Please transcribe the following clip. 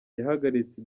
yahagaritse